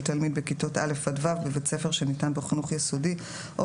תלמיד בכיתות א' עד ו' בבית ספר שניתן בו חינוך יסודי או